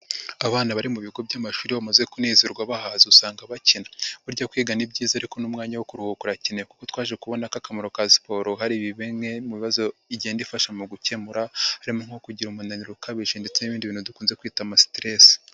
Abana bari mu bigo by'amashuri iyo bamaze kunezerwa bahaze usanga bakina. Burya kwiga ni byiza ariko n'umwanya wo kuruhuka urakenewe kuko twaje kubona ko akamaro ka siporo hari bimwe mu bibazo igenda ifasha mu gukemura, harimo nko kugira umunaniro ukabije ndetse n'ibindi bintu dukunze kwita amasiteresi.